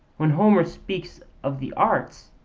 when homer speaks of the arts,